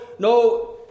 No